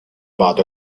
بعض